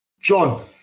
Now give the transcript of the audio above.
John